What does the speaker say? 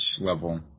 level